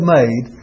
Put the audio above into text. made